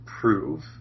prove